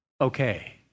okay